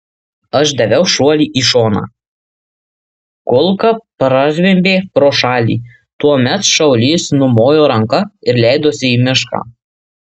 aš daviau šuolį į šoną kulka prazvimbė pro šalį tuomet šaulys numojo ranka ir leidosi į mišką